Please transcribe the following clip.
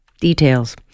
Details